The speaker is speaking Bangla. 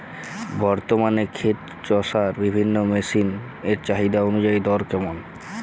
বর্তমানে ক্ষেত চষার বিভিন্ন মেশিন এর চাহিদা অনুযায়ী দর কেমন?